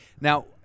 Now